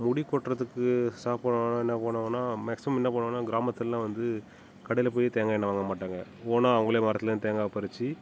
முடி கொட்டுறதுக்கு ஷாம்பு என்ன பண்ணுவாங்கனால் மேக்ஸிமம் என்ன பண்ணுவாங்கனால் கிராமத்திலலாம் வந்து கடையில் போய் தேங்காய் எண்ணெ வாங்க மாட்டாங்கள் ஓனாக அவங்களே மரத்துலேருந்து தேங்காய் பறித்து